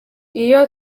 iyo